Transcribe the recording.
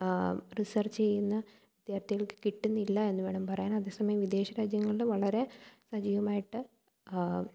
research ചെയ്യുന്ന വിദ്യാർഥികൾക്ക് കിട്ടുന്നില്ല എന്ന് വേണം പറയാൻ അതേ സമയം വിദേശ രാജ്യങ്ങളിൽ വളരെ സജീവമായിട്ട്